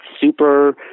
super